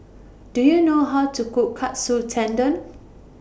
Do YOU know How to Cook Katsu Tendon